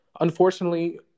unfortunately